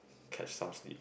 catch some sleep